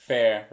Fair